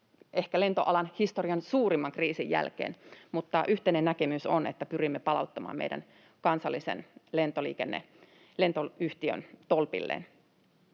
ehkä lentoalan historian suurimman kriisin jälkeen, mutta yhteinen näkemys on, että pyrimme palauttamaan meidän kansallisen lentoyhtiön tolpilleen.